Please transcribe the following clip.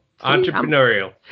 Entrepreneurial